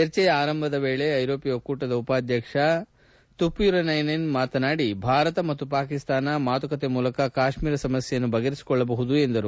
ಚರ್ಚೆಯ ಆರಂಭದ ವೇಳೆ ಐರೋಪ್ಯ ಒಕ್ಕೂಟದ ಉಪಾಧ್ಯಕ್ಷ ಸಚಿವ ಟೈಟಿ ತುಪ್ಪುರೈನೇನ್ ಭಾರತ ಮತ್ತು ಪಾಕಿಸ್ತಾನ ಮಾತುಕತೆ ಮೂಲಕ ಕಾಶ್ಮೀರ ಸಮಸ್ಯೆಯನ್ನು ಬಗೆಹರಿಸಿಕೊಳ್ಳಬೇಕೆಂದರು